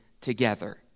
together